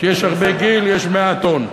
כשיש הרבה גיל יש מעט און.